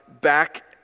back